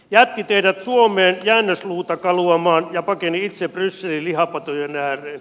jätti teidät suomeen jäännösluuta kaluamaan ja pakeni itse brysselin lihapatojen ääreen